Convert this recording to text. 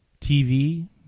TV